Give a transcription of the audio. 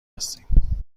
هستیم